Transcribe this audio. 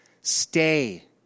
stay